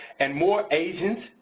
and more asians,